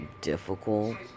difficult